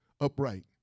upright